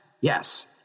Yes